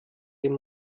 den